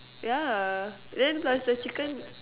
yeah then plus the chicken